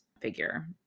figure